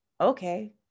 okay